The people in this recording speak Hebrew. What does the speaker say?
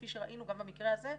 כפי שראינו גם במקרה הזה,